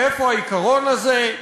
איפה העיקרון הזה?